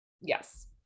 Yes